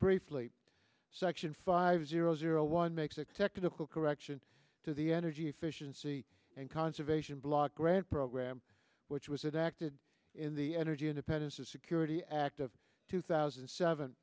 briefly section five zero zero one makes it technical correction to the energy efficiency and conservation block grant program which was acted in the energy independence of security act of two thousand and seven